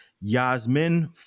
yasmin